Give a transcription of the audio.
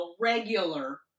regular